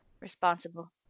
Responsible